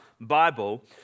Bible